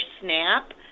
SNAP